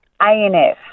ANF